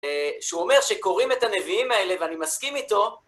שהוא אומר שקוראים את הנביאים האלה, ואני מסכים איתו,